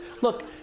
Look